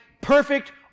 perfect